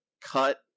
Cut